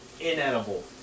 inedible